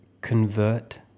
Convert